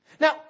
Now